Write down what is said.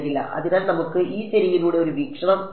അതിനാൽ നമുക്ക് ഈ ശരിയിലൂടെ ഒരു വീക്ഷണം എടുക്കാം